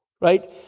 right